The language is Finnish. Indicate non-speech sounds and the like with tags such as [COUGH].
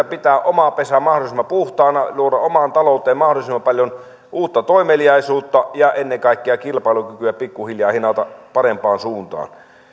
[UNINTELLIGIBLE] pitää oma pesä mahdollisimman puhtaana luoda omaan talouteen mahdollisimman paljon uutta toimeliaisuutta ja ennen kaikkea kilpailukykyä pikku hiljaa hinata parempaan suuntaan